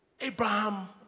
Abraham